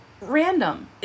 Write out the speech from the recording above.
random